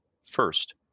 First